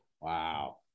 Wow